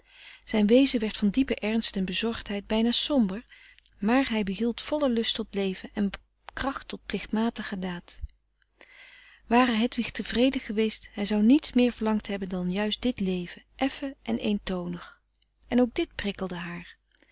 zijn wezen werd van diepe ernst en bezorgdheid bijna somber maar hij behield volle lust tot leven en kracht tot plichtmatige daad ware hedwig tevreden geweest hij zou niets meer verlangd hebben dan juist dit leven effen en eentonig en ook dit prikkelde haar